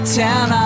town